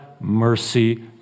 mercy